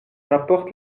rapporte